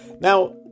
Now